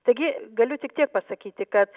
taigi galiu tik tiek pasakyti kad